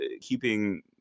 keeping